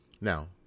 Now